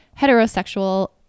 heterosexual